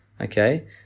okay